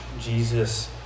Jesus